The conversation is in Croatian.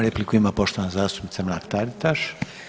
Repliku ima poštovana zastupnica Mrak TAritaš.